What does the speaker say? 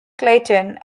clayton